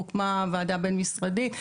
הוקמה ועדה בין משרדית,